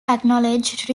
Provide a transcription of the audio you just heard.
acknowledged